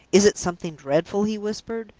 is it something dreadful? he whispered.